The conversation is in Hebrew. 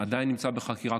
ועדיין נמצא בחקירה.